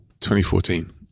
2014